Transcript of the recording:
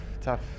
tough